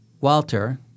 Walter